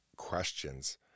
questions